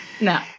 No